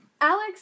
Alex